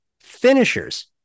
Finishers